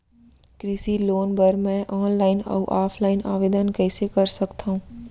कृषि लोन बर मैं ऑनलाइन अऊ ऑफलाइन आवेदन कइसे कर सकथव?